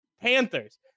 Panthers